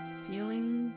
feeling